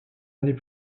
années